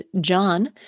john